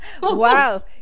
Wow